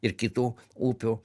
ir kitų upių